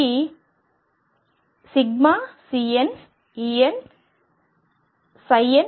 కాబట్టి ఇది ∑CnEnn ఎల్లప్పుడూ చేయవచ్చు